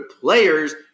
players